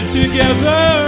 together